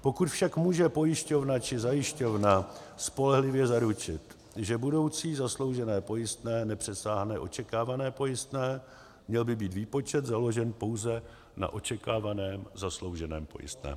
Pokud však může pojišťovna či zajišťovna spolehlivě zaručit, že budoucí zasloužené pojistné nepřesáhne očekávané pojistné, měl by být výpočet založen pouze na očekávaném zaslouženém pojistném.